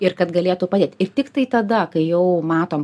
ir kad galėtų padėt ir tiktai tada kai jau matom